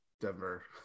Denver